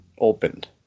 opened